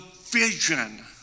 vision